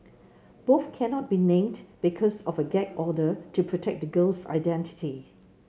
both cannot be named because of a gag order to protect the girl's identity